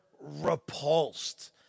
repulsed